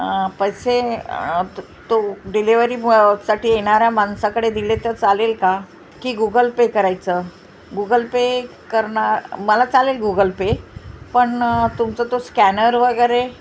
पैसे तो डिलेव्हरीसाठी येणाऱ्या मानसाकडे दिले तर चालेल का की गुगल पे करायचं गुगल पे करण मला चालेल गूगल पे पण तुमचा तो स्कॅनर वगरे